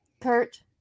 Kurt